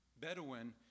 Bedouin